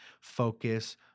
focus